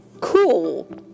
cool